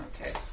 Okay